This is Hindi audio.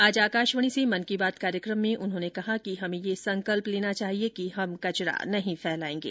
आज आकाशवाणी से मन की बात कार्यक्रम में उन्होंने कहा कि हमें यह संकल्प लेना चाहिए कि हम कचरा नहीं फैलाएंगे